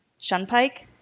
Shunpike